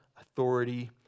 authority